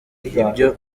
ibyo